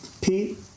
Pete